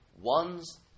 One's